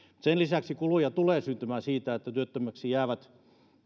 sen lisäksi kuluja tulee syntymään siitä että ihmiset jäävät